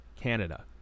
Canada